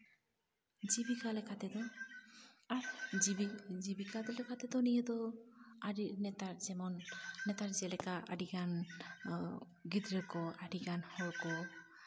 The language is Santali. ᱡᱤᱵᱤᱠᱟ ᱞᱮᱠᱟ ᱛᱮᱫᱚ ᱟᱨ ᱡᱤᱵᱤ ᱡᱤᱵᱤᱠᱟ ᱞᱮᱠᱟ ᱛᱮᱫᱚ ᱱᱤᱭᱟᱹ ᱫᱚ ᱟᱹᱰᱤ ᱱᱮᱛᱟᱨ ᱡᱮᱢᱚᱱ ᱱᱮᱛᱟᱨ ᱡᱮᱞᱮᱠᱟ ᱟᱹᱰᱤᱜᱟᱱ ᱜᱤᱫᱽᱨᱟᱹ ᱠᱚ ᱟᱹᱰᱤᱜᱟᱱ ᱦᱚᱲᱠᱚ